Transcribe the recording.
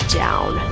down